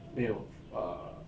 没有 err